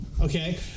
Okay